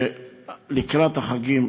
שלקראת החגים,